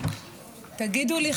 תגידו לי,